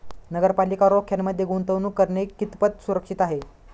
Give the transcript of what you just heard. नगरपालिका रोख्यांमध्ये गुंतवणूक करणे कितपत सुरक्षित आहे?